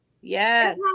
Yes